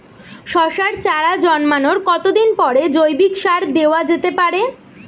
শশার চারা জন্মানোর কতদিন পরে জৈবিক সার দেওয়া যেতে পারে?